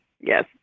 Yes